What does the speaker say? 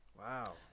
Wow